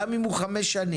גם אם הוא חמש שנים.